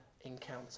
encounter